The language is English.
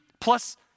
plus